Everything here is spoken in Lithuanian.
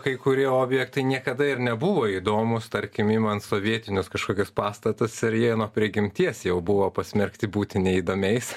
kai kurie objektai niekada ir nebuvo įdomus tarkim imant sovietinius kažkokius pastatus ir jei nuo prigimties jau buvo pasmerkti būti neįdomiais